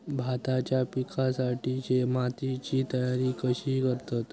भाताच्या पिकासाठी मातीची तयारी कशी करतत?